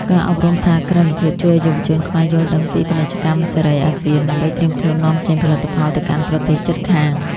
ការអប់រំសហគ្រិនភាពជួយឱ្យយុវជនខ្មែរយល់ដឹងពី "ពាណិជ្ជកម្មសេរីអាស៊ាន" ដើម្បីត្រៀមខ្លួននាំចេញផលិតផលទៅកាន់ប្រទេសជិតខាង។